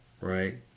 right